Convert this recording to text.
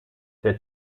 der